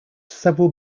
several